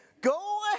go